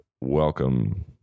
Welcome